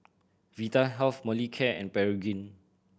Vitahealth Molicare and Pregain